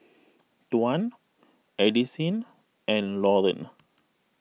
Tuan Addisyn and Lauren